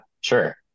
sure